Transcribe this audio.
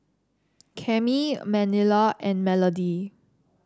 Cami Manilla and Melodie